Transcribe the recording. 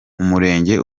umurenge